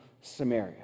Samaria